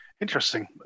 Interesting